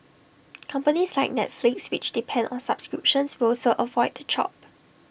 companies like Netflix which depend on subscriptions will also avoid the chop